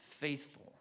faithful